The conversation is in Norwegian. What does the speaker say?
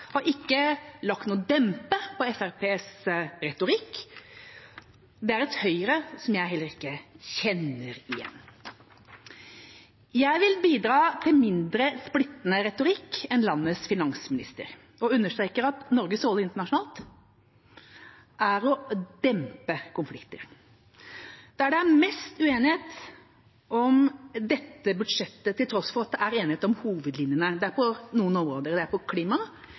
har ikke lagt noen demper på Fremskrittspartiets retorikk. Det er et Høyre som jeg heller ikke kjenner igjen. Jeg vil bidra til mindre splittende retorikk enn landets finansminister, og understreker at Norges rolle internasjonalt er å dempe konflikter. Områdene det er mest uenighet om i dette budsjettet, til tross for at det er enighet om hovedlinjene, er klima, likestilling, fordeling og forsvar. Dette utviklingsbudsjettet er stort. Det inneholder mange mål, men det